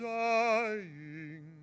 dying